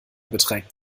beträgt